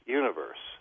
universe